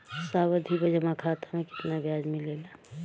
सावधि जमा खाता मे कितना ब्याज मिले ला?